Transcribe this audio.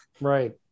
Right